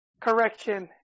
Correction